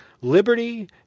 liberty